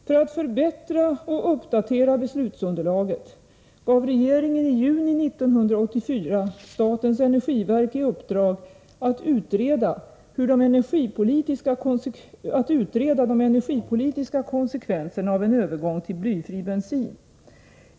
För att förbättra och uppdatera beslutsunderlaget gav regeringen i juni 1984 statens energiverk i uppdrag att utreda de energipolitiska konsekvenserna av en övergång till blyfri bensin.